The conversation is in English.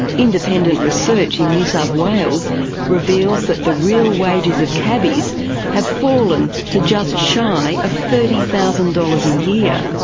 independent research in new south wales reveals that the real wages of cabbies have fallen to just shy of thirty thousand dollars a year.